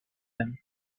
him